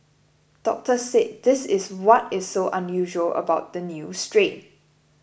doctors said this is what is so unusual about the new strain